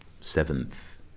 seventh